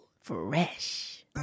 fresh